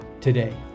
today